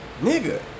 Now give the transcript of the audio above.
Nigga